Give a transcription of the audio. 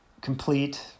Complete